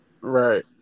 Right